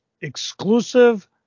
exclusive